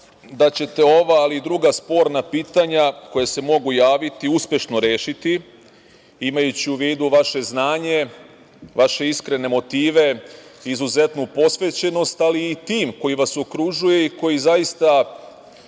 da ćete ova ali i druga sporna pitanja koja se mogu javiti uspešno rešiti, imajući u vidu vaše znanje, vaše iskrene motive, izuzetnu posvećenost ali i tim koji vas okružuje i koji zaista